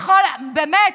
באמת,